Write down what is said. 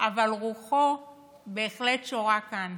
אבל אנחנו מוצאים שהרשויות הערביות נקלעות למשבר מאוד קשה.